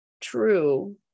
true